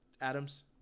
Adams